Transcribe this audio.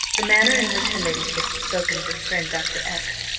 the manner in which her ladyship had spoken of his friend dr. x,